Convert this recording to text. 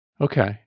Okay